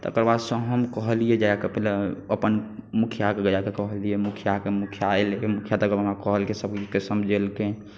तकरा बादसँ हम कहलियै जा कऽ पहिले अपन मुखियाकेँ जा कऽ कहलियै मुखियाकेँ मुखिया अयलै तखन मुखिया हमरा कहलकै सभकेँ समझेलकै